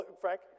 Frank